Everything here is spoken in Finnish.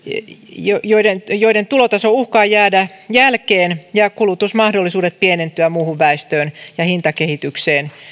joiden joiden tulotaso uhkaa jäädä jälkeen ja kulutusmahdollisuudet pienentyä muuhun väestöön ja hintakehitykseen